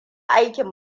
aikin